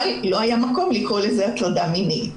אבל לא היה מקום לקרוא לזה הטרדה מינית.